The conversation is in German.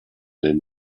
den